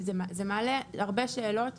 זה מעלה הרבה שאלות